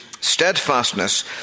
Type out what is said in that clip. steadfastness